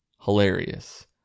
hilarious